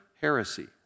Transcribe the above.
heresy